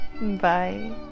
Bye